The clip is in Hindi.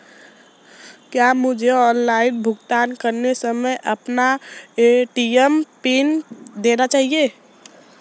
क्या मुझे ऑनलाइन भुगतान करते समय अपना ए.टी.एम पिन देना चाहिए?